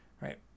Right